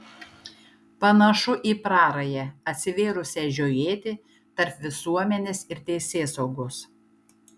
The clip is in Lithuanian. panašu į prarają atsivėrusią žiojėti tarp visuomenės ir teisėsaugos